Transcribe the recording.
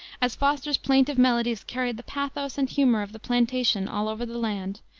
as foster's plaintive melodies carried the pathos and humor of the plantation all over the land,